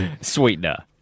Sweetener